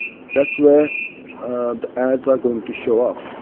that's where the ads are going to show up.